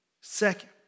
Second